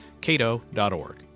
cato.org